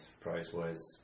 price-wise